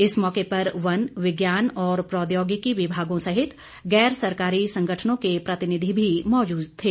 इस मौके पर वन विज्ञान और प्रौद्योगिकी विभागों सहित गैर सरकारी संगठनों के प्रतिनिधि भी मौजूद थे